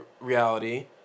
reality